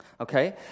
Okay